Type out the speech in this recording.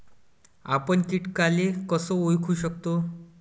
आपन कीटकाले कस ओळखू शकतो?